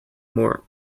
more